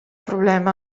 problema